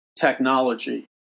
technology